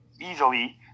easily